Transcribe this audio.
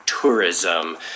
tourism